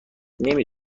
نمی